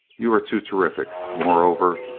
you are too terrific. moreover,